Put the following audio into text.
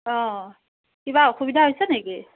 অঁ কিবা অসুবিধা হৈছে নেকি